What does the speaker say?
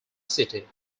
city